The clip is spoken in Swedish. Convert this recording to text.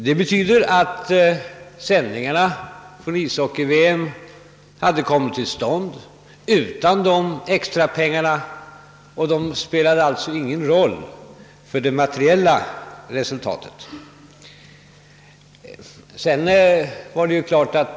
Det innebär att sändningarna från ishockey-VM hade kommit till stånd utan dessa extra pengar, och de spelar alltså ingen roll för det materiella resultatet.